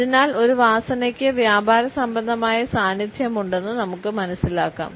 അതിനാൽ ഒരു വാസനയ്ക്ക് വ്യാപാരസംബന്ധമായ സാന്നിധ്യമുണ്ടെന്ന് നമുക്ക് മനസ്സിലാക്കാം